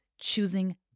choosing